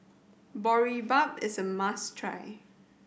boribap is a must try